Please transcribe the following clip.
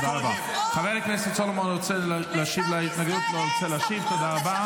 --- לשר בישראל אין סמכות לשחרר כלום.